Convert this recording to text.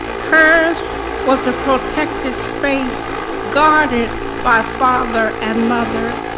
hers was a protected space guarded by father and mother.